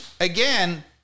again